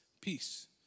Peace